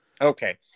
Okay